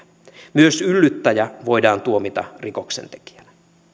myös yllyttäjä voidaan tuomita rikoksentekijänä